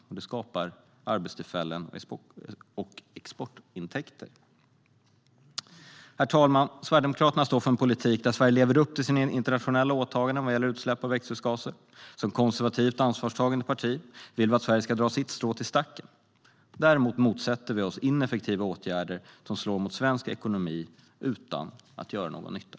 Och det skapar arbetstillfällen och exportintäkter. Herr talman! Sverigedemokraterna står för en politik där Sverige lever upp till sina internationella åtaganden vad gäller utsläpp av växthusgaser. Som konservativt och ansvarstagande parti vill vi att Sverige ska dra sitt strå till stacken. Vi motsätter oss däremot ineffektiva åtgärder som slår mot svensk ekonomi utan att göra någon nytta.